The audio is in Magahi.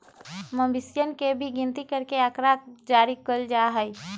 मवेशियन के भी गिनती करके आँकड़ा जारी कइल जा हई